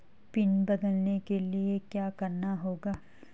Pin बदलने के लिए क्या करना होगा?